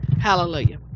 Hallelujah